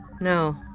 No